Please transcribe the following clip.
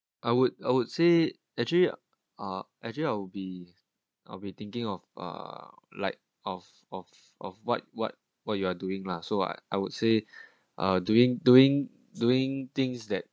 I would I would say actually are actually I'll be I'll be thinking of uh like of of of what what what you are doing lah so what I would say uh doing doing doing things that